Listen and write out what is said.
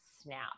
snap